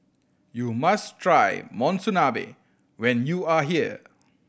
you must try Monsunabe when you are here